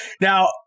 Now